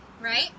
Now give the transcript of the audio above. right